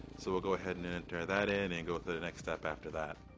so we'll go ahead and and enter that in, and go through the next step after that.